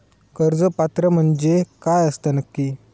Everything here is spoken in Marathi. कर्ज पात्र म्हणजे काय असता नक्की?